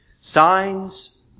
Signs